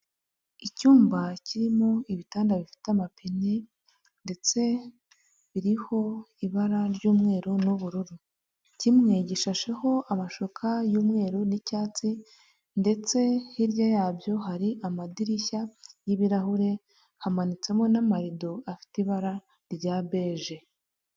Icyumba kirimo ibitanda bifite amapine ndetse biriho ibara ry'umweru n'ubururu, kimwe gishasheho amashuka y'umweru n'icyatsi ndetse hirya yabyo hari amadirishya y'ibirahure, hamanitsemo n'amarido afite ibara rya beje